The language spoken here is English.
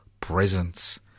presence